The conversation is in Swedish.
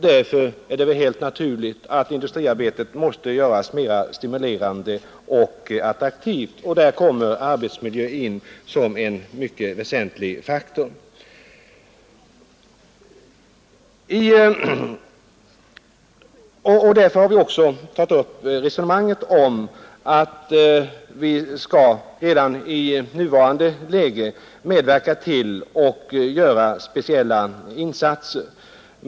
Därför är det väl helt naturligt att industriarbetet måste göras mera stimulerande och attraktivt, och där kommer arbetsmiljön in som en mycket väsentlig faktor. Därför har vi också tagit upp ett resonemang om att redan i nuvarande läge göra speciella insatser.